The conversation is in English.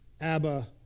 Abba